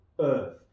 earth